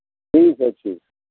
ठीक है ठीक